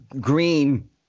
green